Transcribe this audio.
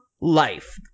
life